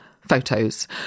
photos